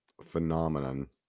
phenomenon